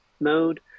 mode